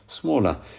smaller